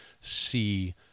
see